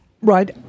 right